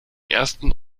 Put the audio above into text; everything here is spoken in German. ersten